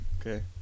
Okay